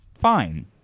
fine